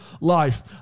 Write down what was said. life